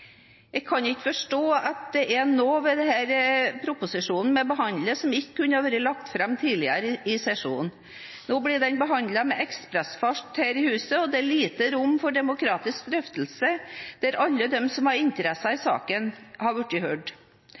Jeg kan ikke forstå at det er noe ved den proposisjonen vi behandler, som ikke kunne vært lagt fram tidligere i sesjonen. Nå blir den behandlet med ekspressfart her i huset, og det er lite rom for demokratisk drøftelse der alle de som har interesser i saken, blir hørt.